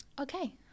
Okay